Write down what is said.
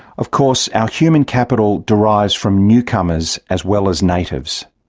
of course, our human capital derives from newcomers as well as natives.